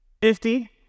Fifty